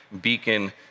beacon